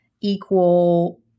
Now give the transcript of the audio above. equal